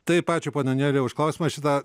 taip ačiū ponia nijole už klausimą šitą